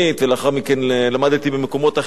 ולאחר מכן למדתי במקומות אחרים,